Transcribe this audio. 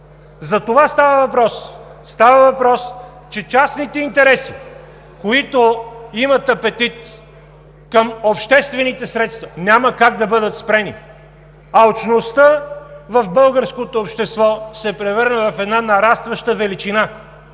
въпрос. Става въпрос, че частните интереси, които имат апетит към обществените средства, няма как да бъдат спрени. Алчността в българското общество се превърна в една нарастваща величина.